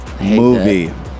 movie